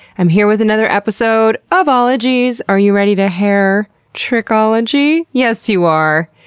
i'm here with another episode of ologies. are you ready to hair trichology? yes you are,